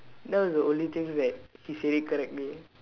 that was the only things that he said it correctly